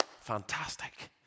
fantastic